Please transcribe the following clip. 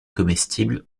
comestible